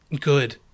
good